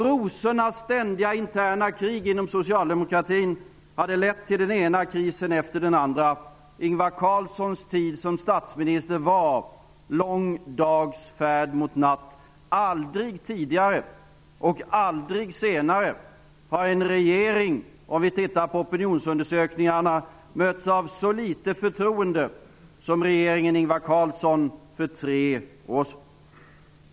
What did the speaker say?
Rosornas ständiga interna krig inom socialdemokratin hade lett till den ena krisen efter den andra. Ingvar Carlssons tid som statsminister var lång dags färd mot natt. Aldrig tidigare och aldrig senare har en regering mötts av ett så litet förtroende, om vi tittar på opinionsundersökningarna, som regeringen Ingvar Carlsson för tre år sedan.